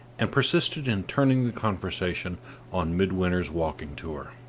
and persisted in turning the conversation on midwinter's walking tour.